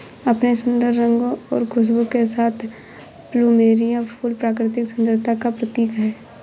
अपने सुंदर रंगों और खुशबू के साथ प्लूमेरिअ फूल प्राकृतिक सुंदरता का प्रतीक है